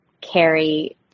carry